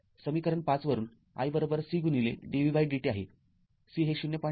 समीकरण ५ वरून i C dvdt आहे C हे ०